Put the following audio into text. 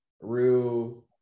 real